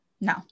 no